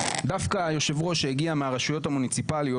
דווקא יושב הראש שהגיע מהרשויות המוניציפליות